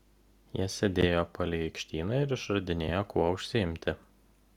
jie sėdėjo palei aikštyną ir išradinėjo kuo užsiimti